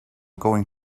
going